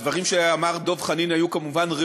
התשע"ו 2016, קריאה